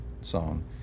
song